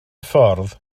ffordd